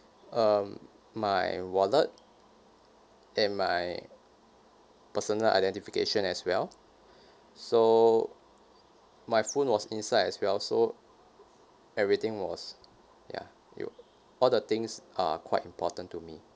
um my wallet and my personal identification as well so my phone was inside as well so everything was ya it'll all the things are quite important to me